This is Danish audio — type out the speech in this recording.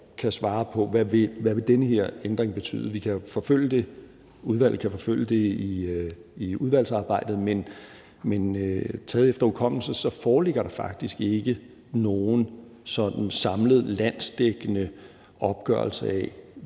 kan svare på, hvad den her ændring vil betyde. Udvalget kan forfølge det i udvalgsarbejdet, men taget efter hukommelsen foreligger der faktisk ikke nogen sådan samlet landsdækkende opgørelse af